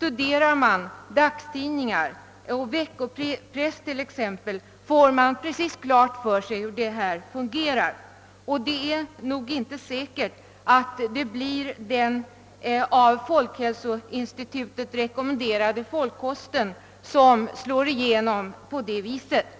man studerar dagstidningar och veckopress får man precis klart för sig hur detta fungerar. Det är nog inte säkert att det blir den av folkhälsoinstitutet rekommenderade folkkosten som slår igenom på det sättet.